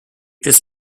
this